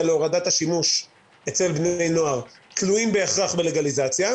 להורדת השימוש אצל בני נוער תלויים בהכרח בלגליזציה?